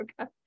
okay